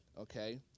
okay